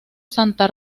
santa